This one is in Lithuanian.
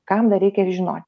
kam dar reikia ir žinot